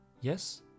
Yes